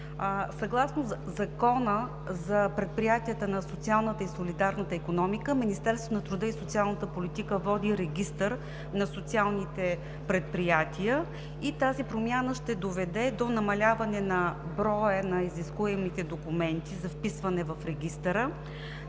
Съгласно Закона за предприятията на социалната и солидарна икономика Министерството на труда и социалната политика води Регистър на социалните предприятия. Тази промяна ще доведе до намаляване броя на изискуемите документи за вписване в Регистъра,